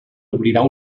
oblidar